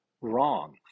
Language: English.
wrong